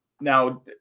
Now